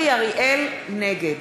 נגד